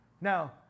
Now